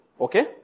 okay